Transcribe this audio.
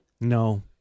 No